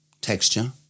texture